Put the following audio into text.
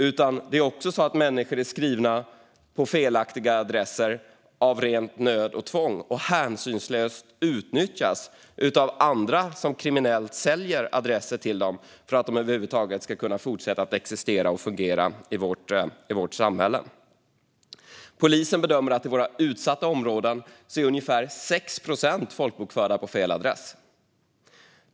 Människor kan också vara skrivna på fel adress av ren nöd och tvång. De utnyttjas hänsynslöst av andra som olagligt säljer adresser till dem för att de över huvud taget ska kunna fortsätta att existera och fungera i vårt samhälle. Polisen bedömer att i våra utsatta områden är ungefär 6 procent folkbokförda på fel adress.